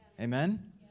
Amen